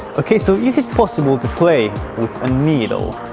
okay so is it possible to play with a needle